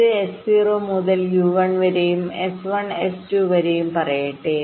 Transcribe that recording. ഇത് S0 മുതൽ U1 വരെയും S1 S2 വരെയും പറയട്ടെ